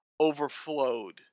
overflowed